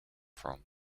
from